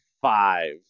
five